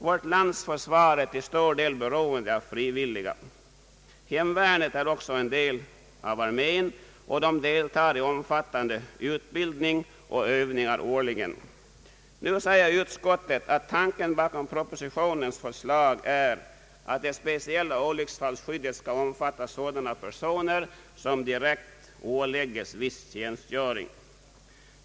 Vårt lands försvar är till stor del beroende av frivilliga insatser. Hemvärnet utgör också en del av armén och deltar i omfattande utbildning och övningar årligen. Utskottet säger att tanken bakom propositionens förslag är att det speciella olycksfallsskyddet skall omfatta sådana personer som direkt ålägges viss tjänstgöring.